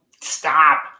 stop